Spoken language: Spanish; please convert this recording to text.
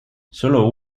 sólo